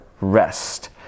rest